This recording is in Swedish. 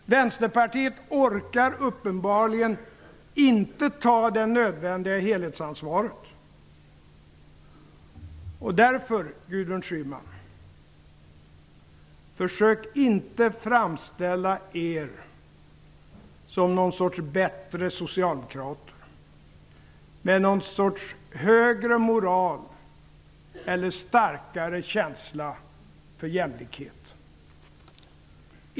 Vänsterpartiet orkar uppenbarligen inte ta det nödvändiga helhetsansvaret. Därför, Gudrun Schyman: Försök inte att framställa er som någon sorts bättre socialdemokrater, med någon sorts högre moral eller starkare känsla för jämlikhet!